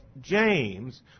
James